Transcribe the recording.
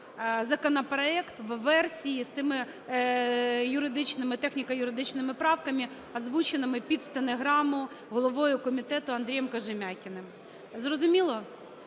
законопроект у версії з тими юридичними, техніко-юридичними правками, озвученими під стенограму головою комітету Андрієм Кожем'якіним. Зрозуміло?